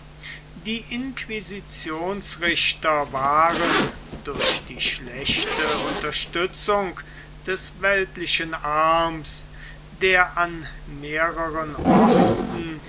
die inquisitionsrichter waren durch die schlechte unterstützung des weltlichen armes der an mehreren orten